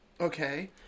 Okay